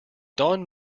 don